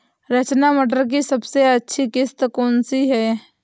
रचना मटर की सबसे अच्छी किश्त कौन सी है?